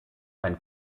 einen